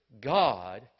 God